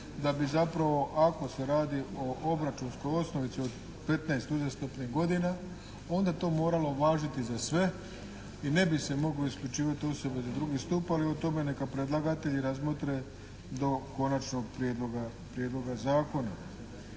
da bi zapravo ako se radi o obračunskoj osnovici od 15 uzastopnih godina onda to moralo važiti za sve i ne bi se moglo isključivati osobe za drugi stup. Ali o tome neka predlagatelji razmotre do konačnog prijedloga zakona.